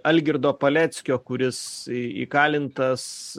algirdo paleckio kuris įkalintas